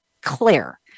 clear